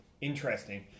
Interesting